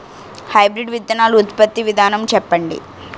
Hybrid విత్తనాలు ఉత్పత్తి విధానం చెప్పండి?